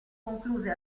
concluse